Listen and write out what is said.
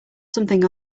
something